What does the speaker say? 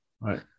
Right